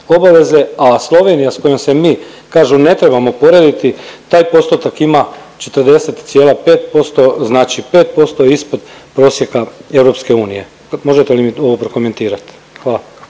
obaveze, a Slovenija, s kojom se mi, kažu, ne trebamo porediti, taj postotak ima 40,5%, znači 5% ispod prosjeka EU. Možete li mi ovo prokomentirati? Hvala.